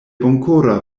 bonkora